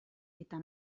eta